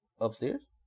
upstairs